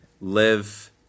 live